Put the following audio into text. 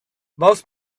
most